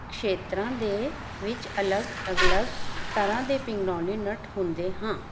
ਖੇਤਰਾਂ ਦੇ ਵਿੱਚ ਅਲੱਗ ਅਲੱਗ ਤਰ੍ਹਾਂ ਦੇ ਪਿਗਨੋਲੀ ਨਟ ਹੁੰਦੇ ਹਾਂ